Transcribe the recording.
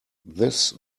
this